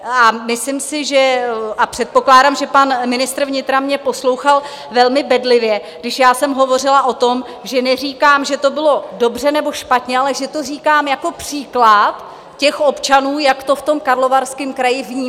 A myslím si a předpokládám, že pan ministr vnitra mě poslouchal velmi bedlivě, když já jsem hovořila o tom, že neříkám, že to bylo dobře, nebo špatně, ale že to říkám jako příklad těch občanů, jak to v tom Karlovarském kraji vnímali.